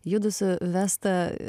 judu su vesta